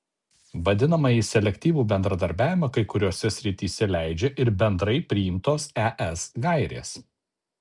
vadinamąjį selektyvų bendradarbiavimą kai kuriose srityse leidžia ir bendrai priimtos es gairės